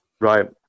Right